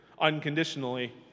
unconditionally